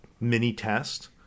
mini-test